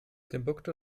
timbuktu